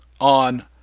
on